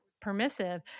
permissive